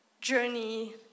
journey